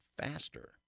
faster